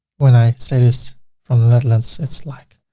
when i say this from the netherlands, it's like,